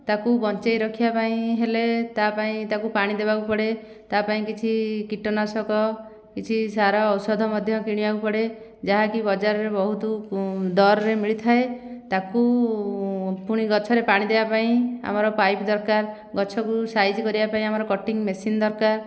ତାକୁ ବଞ୍ଚାଇ ରଖିବା ପାଇଁ ହେଲେ ତା ପାଇଁ ତାକୁ ପାଣି ଦେବାକୁ ପଡ଼େ ତା ପାଇଁ କିଛି କୀଟନାଶକ କିଛି ସାର ଔଷଧ ମଧ୍ୟ କିଣିବାକୁ ପଡ଼େ ଯାହାକି ବଜାରରେ ବହୁତ ଦର୍ରେ ମିଳିଥାଏ ତାକୁ ପୁଣି ଗଛରେ ପାଣି ଦେବା ପାଇଁ ଆମର ପାଇପ୍ ଦରକାର ଗଛକୁ ସାଇଜ୍ କରିବା ପାଇଁ ଆମର କଟିଂ ମେସିନ୍ ଦରକାର